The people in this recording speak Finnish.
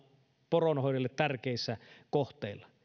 poronhoidolle tärkeissä kohteissa